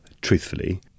truthfully